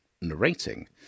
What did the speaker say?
narrating